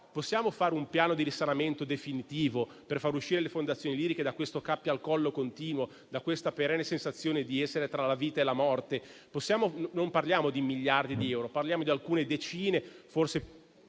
Possiamo, però, fare un piano di risanamento definitivo per far uscire le fondazioni liriche dal cappio al collo continuo e dalla perenne sensazione di essere tra la vita e la morte? Parliamo non di miliardi di euro, ma di alcune decine, forse